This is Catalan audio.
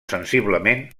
sensiblement